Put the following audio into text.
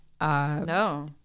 No